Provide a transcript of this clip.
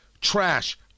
trash